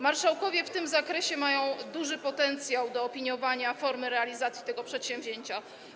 Marszałkowie w tym zakresie mają duży potencjał dotyczący opiniowania formy realizacji tego przedsięwzięcia.